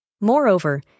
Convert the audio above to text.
Moreover